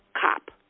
cop